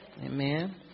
Amen